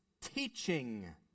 teaching